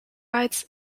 rides